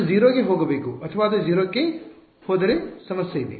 ಅದು 0 ಗೆ ಹೋಗಬೇಕು ಅಥವಾ ಅದು 0 ಕ್ಕೆ ಹೋದರೆ ಸಮಸ್ಯೆ ಇದೆ